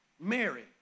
Mary